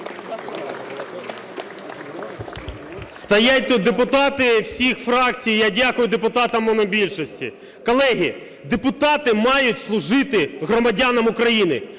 Стоять тут депутати всіх фракцій, я дякую депутатам монобільшості. Колеги, депутати мають служити громадянам України.